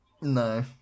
no